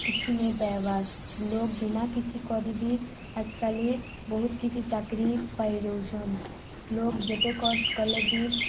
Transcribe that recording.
କିଛି ନେଇ ପାଇବାର୍ ଲୋକ ବିନା କିଛି କରିବି ଆଜ କାଲି ବହୁତ କିଛି ଚାକିରି ପାଇଯାଉଛନ୍ ଲୋକ ଯେତେ କଷ୍ଟ କଲେ ବି